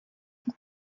для